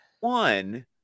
one